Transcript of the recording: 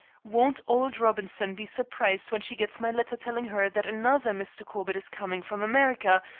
won't old robinson be surprised when she gets my letter telling her that another mr. corbett is coming from america,